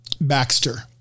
Baxter